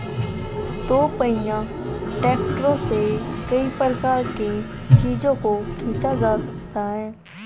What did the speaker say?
दोपहिया ट्रैक्टरों से कई प्रकार के चीजों को खींचा जा सकता है